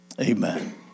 Amen